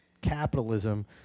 capitalism